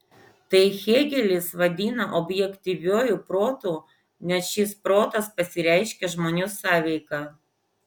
tai hėgelis vadina objektyviuoju protu nes šis protas pasireiškia žmonių sąveika